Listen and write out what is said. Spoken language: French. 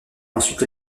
ensuite